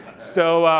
so